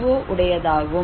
ஓ உடையதாகும்